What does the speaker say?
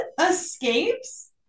escapes